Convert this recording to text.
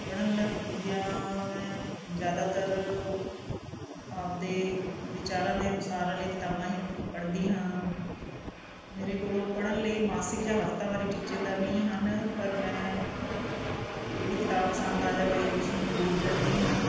ਪੜ੍ਹਨ ਲੱਗਿਆ ਮੈਂ ਜ਼ਿਆਦਾਤਰ ਆਪਦੇ ਵਿਚਾਰਾਂ ਦੇ ਅਨੁਸਾਰ ਵਾਲ਼ੀਆਂ ਕਿਤਾਬਾਂ ਹੀ ਪੜ੍ਹਦੀ ਹਾਂ ਮੇਰੇ ਕੋਲੋਂ ਪੜ੍ਹਨ ਲਈ ਮਾਸਿਕ ਜਾਂ ਹਫਤਾਵਾਰੀ ਟੀਚੇ ਤਾਂ ਨਹੀਂ ਹਨ ਪਰ ਮੈਂ ਜਿਹੜੀ ਕਿਤਾਬ ਪਸੰਦ ਆ ਜਾਵੇ ਉਸਨੂੰ ਜ਼ਰੂਰ ਪੜ੍ਹਦੀ ਹਾਂ